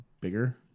bigger